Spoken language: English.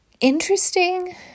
interesting